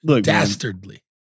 dastardly